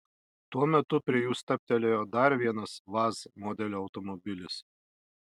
tuo metu prie jų stabtelėjo dar vienas vaz modelio automobilis